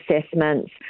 assessments